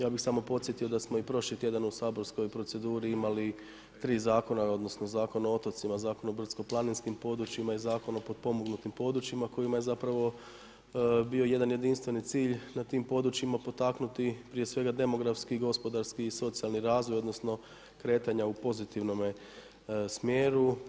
Ja bi samo podsjetio da smo i prošli tjedan u saborskoj proceduri imali 3 zakona, odnosno, Zakon o otocima, Zakon o brdsko planinskim područjima i Zakon o potpomognutim područjima, kojima je zapravo bio jedan jedinstveni cilj, na tim područjima potaknuti prije svega demografski, gospodarski i socijalni razvoj, odnosno, kretanja u pozitivnome smjeru.